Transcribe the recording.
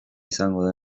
izango